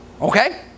Okay